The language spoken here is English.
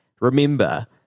Remember